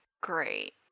Great